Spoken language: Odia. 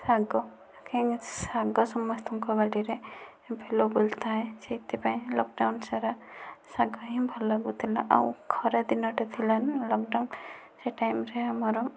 ଶାଗ କାହିଁକିନା ଶାଗ ସମସ୍ତଙ୍କ ବାରିରେ ଏଭେଲେବଲ ଥାଏ ସେଇଥିପାଇଁ ଲକଡାଉନ ସାରା ଶାଗ ହିଁ ଭଲ ଲାଗୁଥିଲା ଆଉ ଖରା ଦିନଟା ଥିଲା ନା ଲକଡାଉନ ସେ ଟାଇମରେ ଆମର